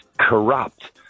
corrupt